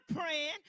praying